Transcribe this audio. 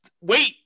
wait